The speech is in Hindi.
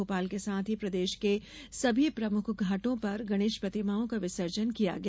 भोपाल के साथ ही प्रदेश के सभी प्रमुख घाटों पर गणेश प्रतिमाओं का विसर्जन किया गया